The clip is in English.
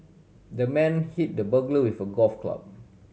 the man hit the burglar with a golf club